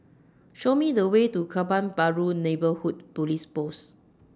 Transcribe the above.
Show Me The Way to Kebun Baru Neighbourhood Police Post